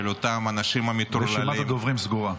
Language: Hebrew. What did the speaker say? אותם אנשים מטורללים -- רשימת הדוברים סגורה.